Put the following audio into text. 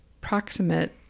proximate